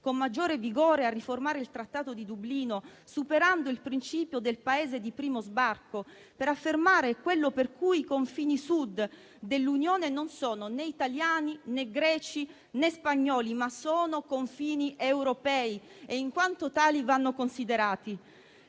con maggiore vigore a riformare il Trattato di Dublino, superando il principio del Paese di primo sbarco, per affermare quello per cui i confini Sud dell'Unione non sono né italiani, né greci, né spagnoli, ma sono confini europei e, come tali, vanno considerati.